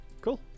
Cool